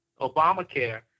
Obamacare